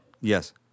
yes